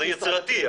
זה יצירתי,